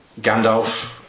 Gandalf